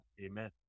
Amen